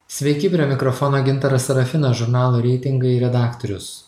sveiki prie mikrofono gintaras serafinas žurnalo reitingai redaktorius